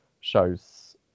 shows